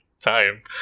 time